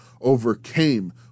overcame